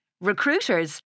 Recruiters